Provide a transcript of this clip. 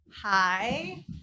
Hi